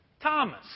Thomas